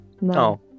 no